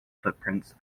footprints